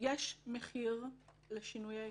יש מחיר לשינויי חקיקה.